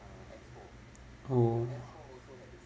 oh